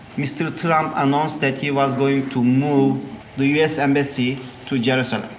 mr. trump announced that he was going to move the u s. embassy to jerusalem.